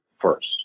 first